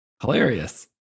Hilarious